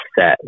set